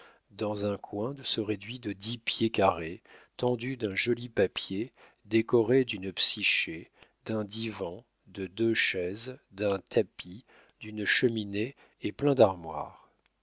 dans un coin de ce réduit de dix pieds carrés tendu d'un joli papier décoré d'une psyché d'un divan de deux chaises d'un tapis d'une cheminée et plein d'armoires